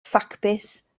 ffacbys